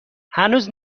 هنوز